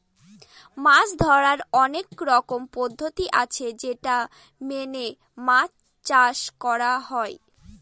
মাছ ধরার অনেক রকমের পদ্ধতি আছে যেটা মেনে মাছ চাষ করা হয়